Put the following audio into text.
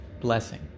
blessing